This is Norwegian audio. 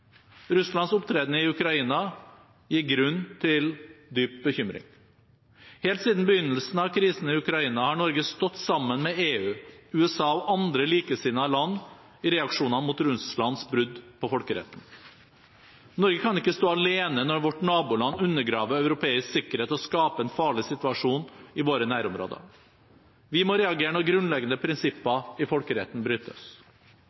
Russlands opptreden i Ukraina gir grunn til dyp bekymring. Helt siden begynnelsen av krisen i Ukraina har Norge stått sammen med EU, USA og andre likesinnede land i reaksjonene mot Russlands brudd på folkeretten. Norge kan ikke stå alene når vårt naboland undergraver europeisk sikkerhet og skaper en farlig situasjon i våre nærområder. Vi må reagere når grunnleggende prinsipper i folkeretten brytes.